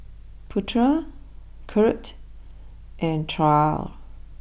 Petra Kurt and Trae